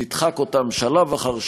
נדחק אותם שלב אחר שלב,